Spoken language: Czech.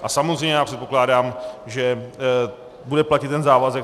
A samozřejmě já předpokládám, že bude platit ten závazek.